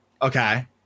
Okay